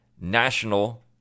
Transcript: national